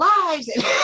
lives